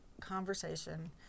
conversation